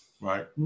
Right